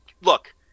Look